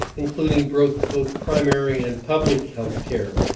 including both both primary and public healthcare,